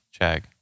Chag